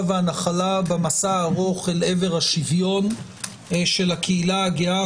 ולנחלה במסע הארוך אל עבר השוויון של הקהילה הגאה,